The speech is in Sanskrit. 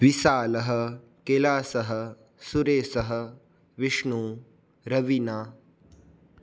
विशालः कैलासः सुरेशः विष्णुः रविना